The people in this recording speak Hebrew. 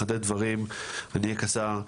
לחדד דברים ואני אהיה קצר.